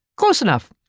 close enough.